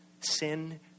sin